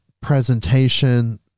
presentation